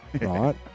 right